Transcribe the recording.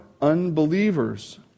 unbelievers